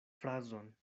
frazon